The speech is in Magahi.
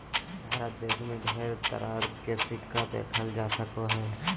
भारत देश मे ढेर तरह के सिक्का देखल जा सको हय